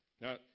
Now